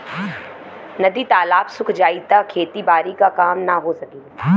नदी तालाब सुख जाई त खेती बारी क काम ना हो सकी